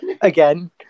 Again